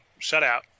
shutout